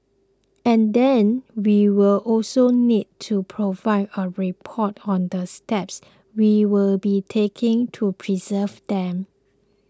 and then we will also need to provide a report on the steps we will be taking to preserve them